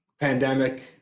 pandemic